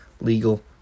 legal